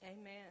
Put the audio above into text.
amen